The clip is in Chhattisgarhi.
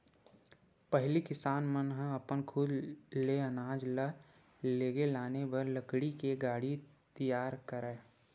पहिली किसान मन ह अपन खुद ले अनाज ल लेगे लाने बर लकड़ी ले गाड़ा तियार करय